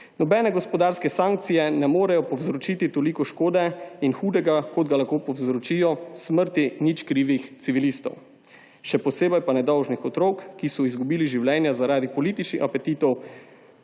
Nobene gospodarske sankcije ne morejo povzročiti toliko škode in hudega, kot lahko povzročijo smrti nič krivih civilistov, še posebej pa nedolžnih otrok, ki so izgubili življenja zaradi političnih apetitov